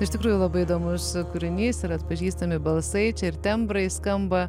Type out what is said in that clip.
iš tikrųjų labai įdomus kūrinys ir atpažįstami balsai čia ir tembrai skamba